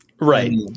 right